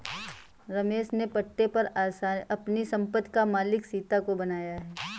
रमेश ने पट्टे पर अपनी संपत्ति का मालिक सीता को बनाया है